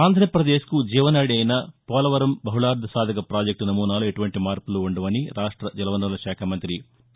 ఆంధ్రాప్రదేశ్కు జీవనాడి అయిన పోలవరం బహుళార్లసాధక పాజెక్లు నమూనాలో ఎటువంటి మార్పులు ఉండవని రాష్ట్ర జలవనరుల శాఖ మంత్రి పి